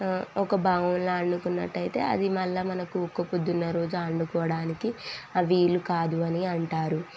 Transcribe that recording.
ఒక బౌల్లో వండుకున్నట్టయితే అది మళ్ళా మనకు ఒకపొద్దున రోజు వండుకోవడానికి అ వీలు కాదు అని అంటారు